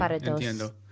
entiendo